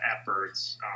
efforts